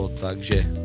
Takže